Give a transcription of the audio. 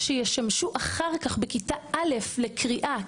שישמשו אחר-כך בכיתה א' לקריאה,